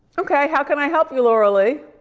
okay, how can i help you, laura lee?